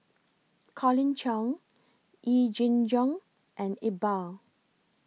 Colin Cheong Yee Jenn Jong and Iqbal